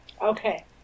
Okay